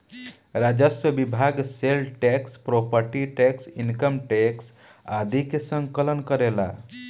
राजस्व विभाग sale tax property tax income tax आदि के संकलन करेला